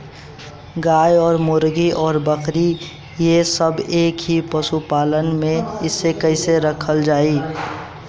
गाय और मुर्गी और बकरी ये सब के एक ही पशुपालन में कइसे रखल जाई?